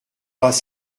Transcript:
pas